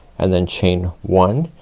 and then chain one,